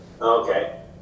Okay